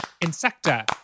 Insecta